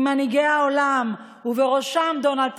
אני לא מפריע, אני